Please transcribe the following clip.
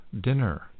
dinner